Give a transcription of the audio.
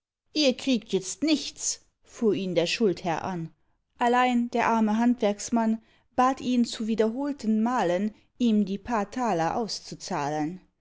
ihr kriegt itzt nichts fuhr ihn der schuldherr an allein der arme handwerksmann bat ihn zu wiederholten malen ihm die paar taler auszuzahlen